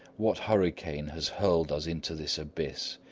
what hurricane has hurled us into this abyss?